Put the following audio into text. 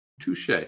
Touche